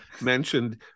mentioned